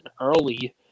early